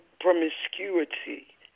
promiscuity